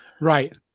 Right